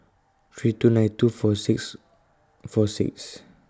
three two nine two four six four six